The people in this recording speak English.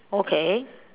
okay